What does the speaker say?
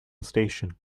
station